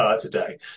today